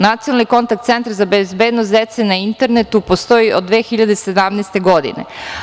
Nacionalni kontakt centar za bezbednost dece na internetu postoji od 2017. godine.